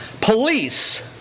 police